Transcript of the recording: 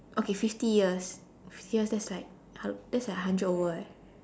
okay fifty years fifty years that's like hun~ that's like hundred over eh